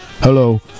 Hello